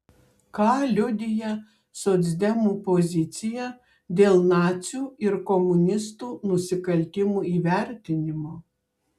ką liudija socdemų pozicija dėl nacių ir komunistų nusikaltimų įvertinimo